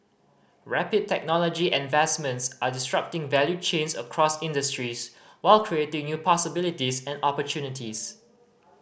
rapid technology advancements are disrupting value chains across industries while creating new possibilities and opportunities